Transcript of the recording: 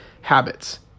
habits